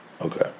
Okay